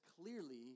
clearly